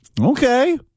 Okay